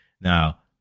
Now